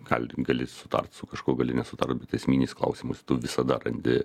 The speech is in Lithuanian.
gal gali sutart su kažkuo gali nesutart bet esminisis klausimas tu visada randi